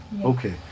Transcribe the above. okay